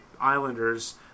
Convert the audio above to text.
Islanders